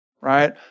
right